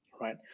right